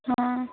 हँ